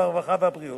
הרווחה והבריאות